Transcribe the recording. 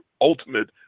ultimate